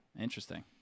Interesting